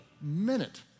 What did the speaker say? minute